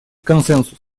консенсус